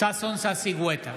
ששון ששי גואטה,